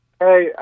Hey